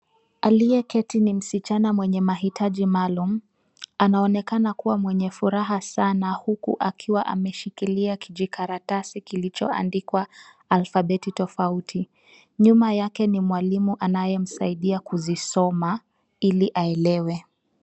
Aliye keti ni msichana mwenye mahitaji maalum. Anaonekana kuwa na furaha sana huku akiwa ameshikilia kijikaratasi kilichoandikwa kwa alfabeti tofauti. Nyuma yake kuna mwalimu anayemsaidia kuzisoma ili aelewe.